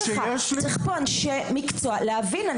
צריך פה אנשי מקצוע כדי להבין.